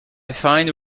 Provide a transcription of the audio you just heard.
find